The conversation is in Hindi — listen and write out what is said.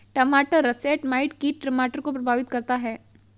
टमाटर रसेट माइट कीट टमाटर को प्रभावित करता है